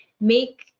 make